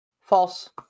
False